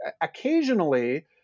occasionally